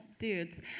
dudes